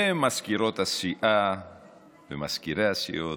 מזכירות הסיעה ומזכירי הסיעות,